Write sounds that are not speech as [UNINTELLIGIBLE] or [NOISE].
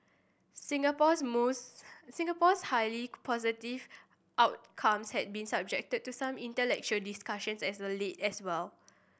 Singapore's [UNINTELLIGIBLE] Singapore's highly positive outcomes has been subject to some intellectual discussions as a late as well